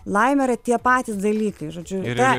laimė yra tie patys dalykai žodžiu ta